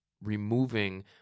removing